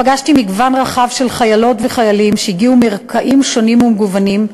פגשתי מגוון רחב של חיילות וחיילים שהגיעו מרקעים שונים ומגוונים,